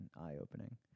eye-opening